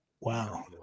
Wow